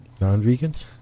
non-vegans